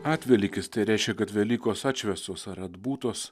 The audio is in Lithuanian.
atvelykis tai reiškia kad velykos atšvęstos ar atbūtos